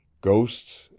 Ghosts